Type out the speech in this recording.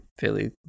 fairly